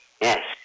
Yes